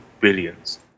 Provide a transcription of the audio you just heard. billions